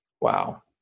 wow